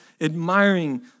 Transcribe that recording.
admiring